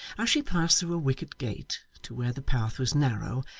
as she passed through a wicket-gate to where the path was narrow,